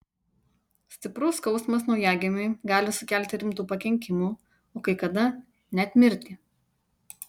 stiprus skausmas naujagimiui gali sukelti rimtų pakenkimų o kai kada net mirtį